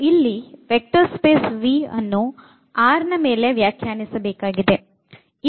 ಮತ್ತು ಇಲ್ಲಿ vector space V ಅನ್ನು R ಮೇಲೆ ವ್ಯಾಖ್ಯಾನಿಸಬೇಕಾಗಿದೆ